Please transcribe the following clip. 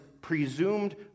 presumed